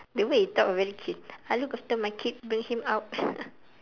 the way you talk very cute I look after my kid bring him out